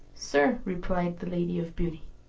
sir, replied the lady of beauty,